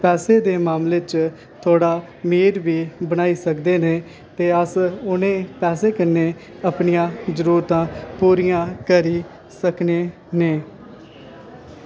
पैसे दे मामले च थोह्ड़ा मेद बी बनाई सकदे न ते अस उनें पैसे कन्नै अपनियां जरूरतां पूरियां करी सकने न